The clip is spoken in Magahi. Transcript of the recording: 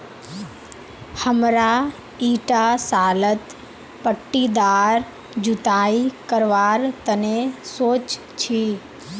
हमरा ईटा सालत पट्टीदार जुताई करवार तने सोच छी